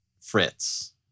Fritz